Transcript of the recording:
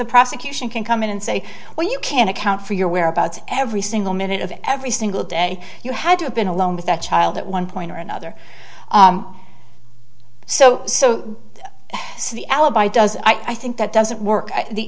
the prosecution can come in and say well you can't account for your whereabouts every single minute of every single day you had to have been alone with that child at one point or another so so so the alibi does i think that doesn't work the